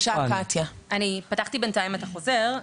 פתחתי בינתיים את החוזר,